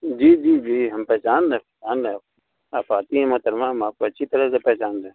جی جی جی ہم پہچان رہے پہچان رہے آپ آتی ہیں محترمہ آپ کو اچھی طرح سے پہچان رہے ہیں